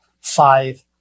five